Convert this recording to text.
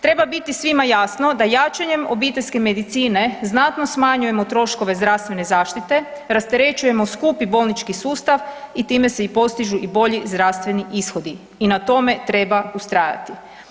Treba biti svima jasno da jačanjem obiteljske medicine znatno smanjujemo troškove zdravstvene zaštite, rasterećujemo skupi bolnički sustav i time se i postižu i bolji zdravstveni ishodi i na tome treba ustrajati.